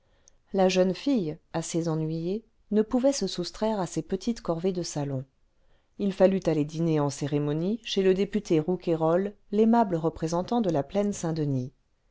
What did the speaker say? la jeune fille assez ennuyée ne pouvait se soustraire à ces petites corvées de salon il fallut aller dîner en cérémonie chez le député rouquayrol l'aimable représentant de la ploàne saint-denis